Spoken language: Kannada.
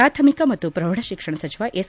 ಪಾಥಮಿಕ ಮತ್ತು ಪ್ರೌಢಶಿಕ್ಷಣ ಸಚಿವ ಎಸ್